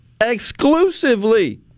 exclusively